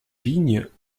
vignes